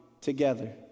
together